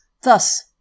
Thus